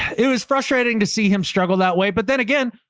it was frustrating to see him struggle that way. but then again,